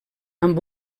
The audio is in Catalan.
amb